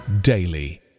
daily